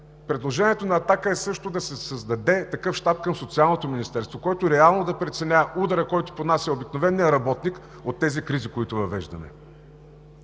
Предложението на „Атака“ е да се създаде такъв щаб към Социалното министерство, който реално да преценява удара, който понася обикновеният работник, от мерките, които въвеждаме.